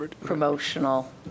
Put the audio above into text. promotional